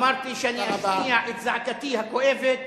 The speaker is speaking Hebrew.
אמרתי שאני אשמיע את זעקתי הכואבת